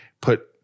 put